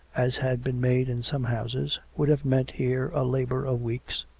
as had been made in some houses, would have meant here a labour of weeks,